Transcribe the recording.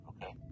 Okay